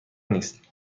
نیست